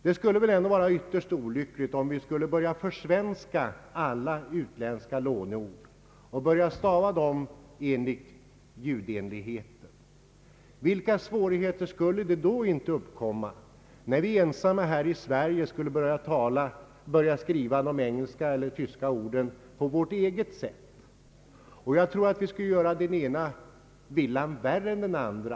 Det skulle väl ändå vara ytterst olyckligt om vi började försvenska alla utländska låneord och stava dem ljudenligt. Vilka svårigheter skulle inte uppkomma, om vi ensamma här i Sverige skulle börja skriva de engelska eller tyska orden på vårt eget sätt? Jag tror att det skulle göra den ena villan värre än den andra.